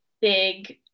big